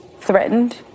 threatened